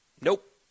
Nope